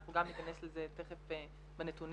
אנחנו גם ניכנס לזה תיכף בנתונים.